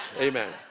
Amen